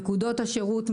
נקודות השירות,